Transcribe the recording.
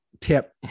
tip